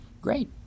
Great